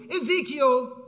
Ezekiel